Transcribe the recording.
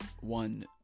one